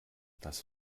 das